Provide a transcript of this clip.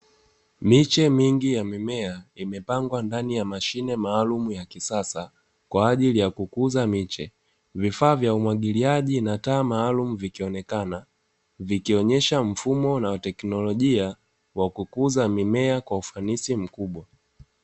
Miche mingi ya mimea imepangwa ndani ya mashine maalumu ya kisasa, kwa ajili ya kukuza miche. Vifaa vya umwagiliaji na taa maalumu vikionekana, vikionyesha mfumo na uteknolojia wa kukuza mimea kwa ufanisi mkubwa.